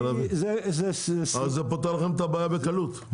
זה פותר לכם את הבעיה בקלות.